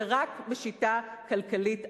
ורק בשיטה כלכלית אחרת,